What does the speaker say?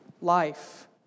life